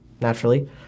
Naturally